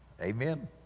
Amen